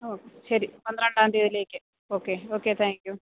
ഓ ശരി പന്ത്രണ്ടാം തീയ്യതിയിലേക്ക് ഓക്കെ ഓക്കെ താങ്ക് യൂ